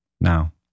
Now